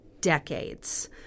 decades